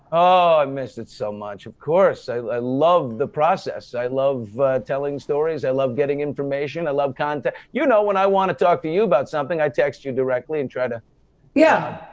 oh, i missed it so much, of course. so i love the process, i love telling stories, i love getting information, i love content. you know when i wanna talk to you about something, i text you directly and try to yeah.